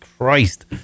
Christ